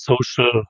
social